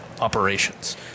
operations